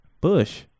Bush